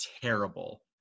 terrible